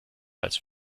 als